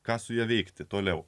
ką su ja veikti toliau